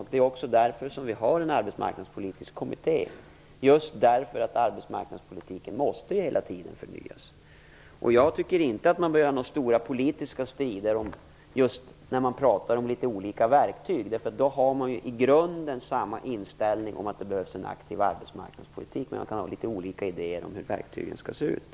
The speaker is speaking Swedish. Vi har också tillsatt en arbetsmarknadspolitisk kommitté just därför att arbetsmarknadspolitiken hela tiden måste förnyas. Jag tycker inte att man behöver utkämpa några stora politiska strider om olika verktyg, om man i grunden har samma inställning om att det behövs en aktiv arbetsmarknadspolitik. Men man kan ha litet olika idéer om hur verktygen skall se ut.